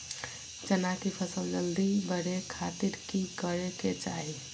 चना की फसल जल्दी बड़े खातिर की करे के चाही?